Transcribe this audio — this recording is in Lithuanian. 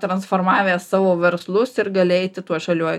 transformavęs savo verslus ir gali eiti tuo žaliuoju